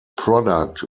product